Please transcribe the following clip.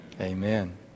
Amen